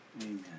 Amen